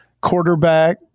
quarterback